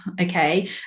okay